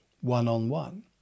one-on-one